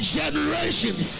generations